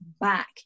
back